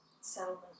settlement